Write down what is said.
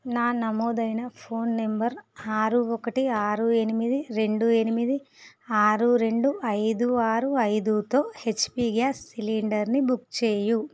నా నమోదైన phone number ఆరు ఒకటి ఆరు ఎనిమిది రెండు ఎనిమిది ఆరు రెండు ఐదు ఆరు ఐదుతో హెచ్పి గ్యాస్ సిలిండర్ని బుక్ చేయు